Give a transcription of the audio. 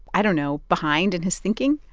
i don't know, behind in his thinking,